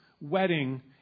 wedding